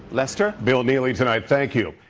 lester? bill neely tonight, thank you.